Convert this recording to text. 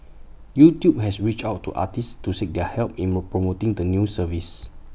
YouTube has reached out to artists to seek their help in more promoting the new service